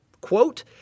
quote